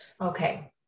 Okay